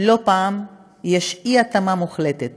לא פעם יש אי-התאמה מוחלטת